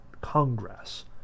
congress